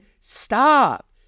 stop